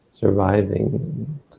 surviving